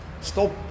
stop